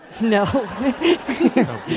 No